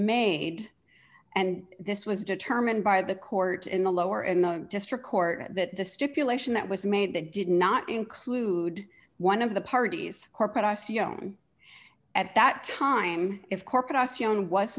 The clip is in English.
made and this was determined by the court in the lower in the district court that the stipulation that was made that did not include one of the parties corporate i said at that time if corporate office young was